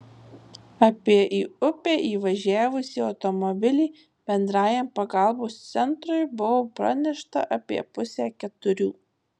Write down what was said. apie į upę įvažiavusį automobilį bendrajam pagalbos centrui buvo pranešta apie pusę keturių